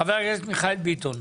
חבר הכנסת מיכאל ביטון.